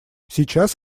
сейчас